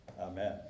Amen